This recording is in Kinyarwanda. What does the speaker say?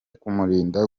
kumurinda